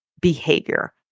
behavior